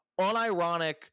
unironic